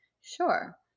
sure